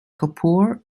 kapoor